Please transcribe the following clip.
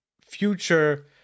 future